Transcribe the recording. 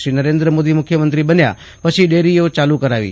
શ્રી નરેન્દ્રમોદી મુખ્યમંત્રી બન્યા પછી ડેરીઓ ચાલુ કરાવી